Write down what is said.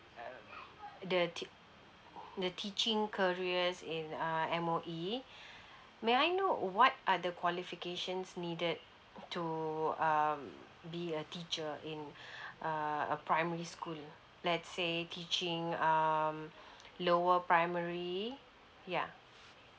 err the teac~ the teaching careers in err M_O_E may I know what are the qualifications needed to um be a teacher in err a primary school let's say teaching um lower primary ya